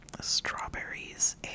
strawberries